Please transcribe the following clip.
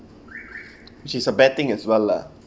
she is a bad thing as well lah